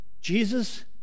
Jesus